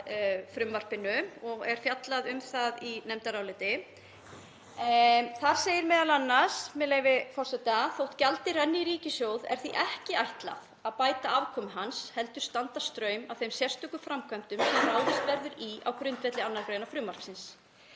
og er fjallað um það í nefndaráliti en þar segir m.a., með leyfi forseta: „Þótt gjaldið renni í ríkissjóð er því ekki ætlað að bæta afkomu hans, heldur standa straum af þeim sérstöku framkvæmdum sem ráðist verður í á grundvelli 2. gr. frumvarpsins.